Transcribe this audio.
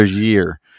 Year